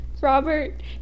robert